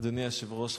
אדוני היושב-ראש,